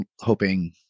hoping